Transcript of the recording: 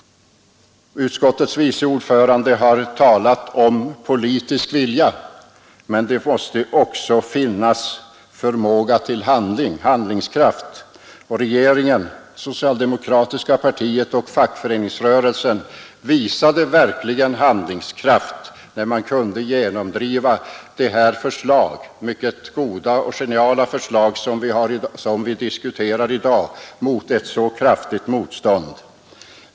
Utskottets vice ordförande har talat om politisk vilja, men det måste också finnas handlingskraft, och regeringen, det socialdemokratiska partiet och fackföreningsrörelsen visade verkligen handlingskraft när de mot ett så kraftigt motstånd kunde genomdriva detta mycket goda och geniala förslag.